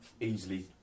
easily